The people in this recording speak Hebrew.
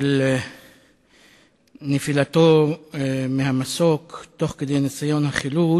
של נפילתו מהמסוק תוך כדי ניסיון החילוץ,